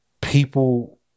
people